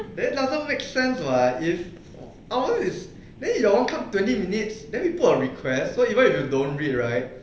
then doesn't make sense [what] if our is then you all come twenty minutes then you put a request so even if you don't read right